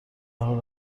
حال